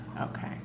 Okay